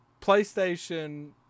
PlayStation